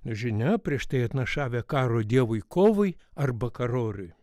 žinia prieš tai atnašavę karo dievui kovui arba karorui